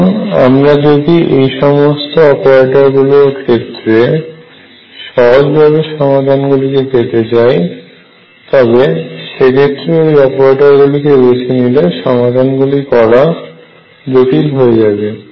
কারণ আমরা যদি এই সমস্ত অপারেটরগুলোর ক্ষেত্রে সহজ ভাবে সমাধান গুলি পেতে চাই তবে সেক্ষেত্রে ওই অপারেটর গুলি কে বেছে নিলে সমাধান গুলি করা জটিল হয়ে যাবে